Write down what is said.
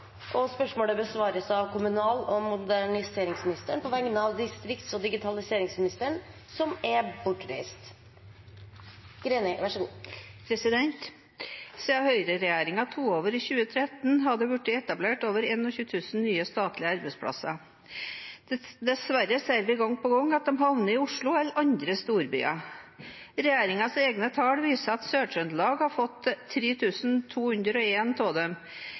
og digitaliseringsministeren, besvares av kommunal- og moderniseringsministeren på vegne av distrikts- og digitaliseringsministeren, som er bortreist. «Siden Høyre-regjeringen tok over i 2013 har det blitt etablert over 21 000 nye statlige arbeidsplasser. Dessverre ser vi gang på gang at de havner i Oslo eller i de andre storbyene. Regjeringens egne tall viser at Sør-Trøndelag har fått 3 201 av dem,